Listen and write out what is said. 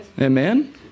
Amen